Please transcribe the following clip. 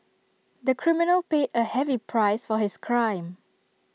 the criminal paid A heavy price for his crime